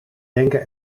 denken